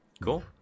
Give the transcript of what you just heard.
cool